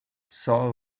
saul